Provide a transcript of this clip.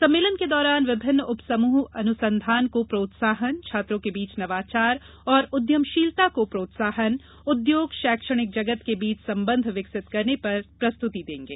सम्मेलन के दौरान विभिन्न उपसमृह अनुसंधान को प्रोत्साहन छात्रो के बीच नवाचार और उद्यमशीलता को प्रोत्साहन उद्योग शैक्षणिक जगत के बीच संबंध विकसित करने पर प्रस्तुति देंगे